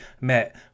met